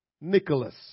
Nicholas